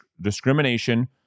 discrimination